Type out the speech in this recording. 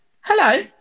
hello